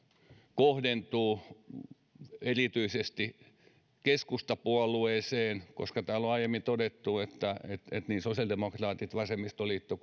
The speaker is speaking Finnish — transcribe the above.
kohdentuu erityisesti keskustapuolueeseen koska täällä on aiemmin todettu että niin sosiaalidemokraatit vasemmistoliitto